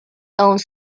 owns